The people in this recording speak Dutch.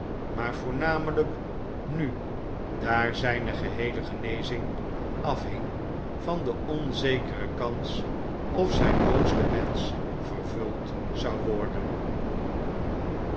maar voornamelijk nu daar zijne geheele genezing afhing van de onzekere kans of zijn hoogste wensch vervuld zou worden